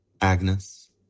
Agnes